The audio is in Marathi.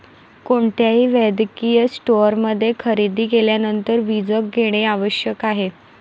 कोणत्याही वैद्यकीय स्टोअरमध्ये खरेदी केल्यानंतर बीजक घेणे आवश्यक आहे